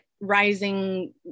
rising